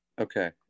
Okay